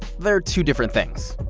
they're two different things.